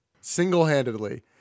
single-handedly